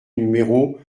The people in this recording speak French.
numéro